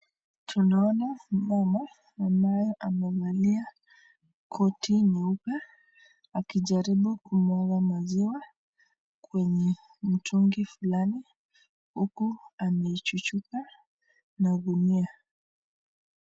Tunaona mama ambaye amevalia koti nyeupe akijaribu kumwaga maziwa kwenye mtungi fulani huku ame chuchuka na gunia.